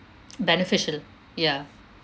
beneficial ya